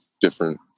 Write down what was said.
different